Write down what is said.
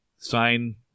Sign